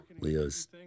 Leo's